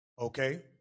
Okay